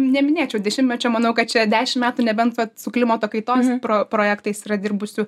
neminėčiau dešimtmečio manau kad čia dešim metų nebent vat su klimato kaitos projektais yra dirbusių